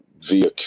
via